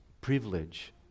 privilege